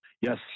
Yes